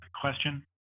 Question